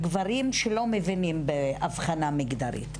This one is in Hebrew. גברים שלא מבינים בהבחנה מגדרית.